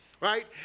Right